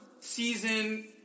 season